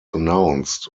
announced